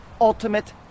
ultimate